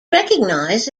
recognized